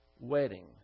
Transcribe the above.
wedding